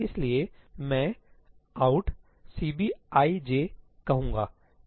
इसलिए मैं 'out Cb i j' कहूंगा